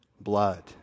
blood